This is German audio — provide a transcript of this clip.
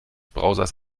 browsers